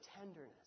tenderness